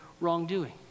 wrongdoing